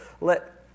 let